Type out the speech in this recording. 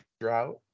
drought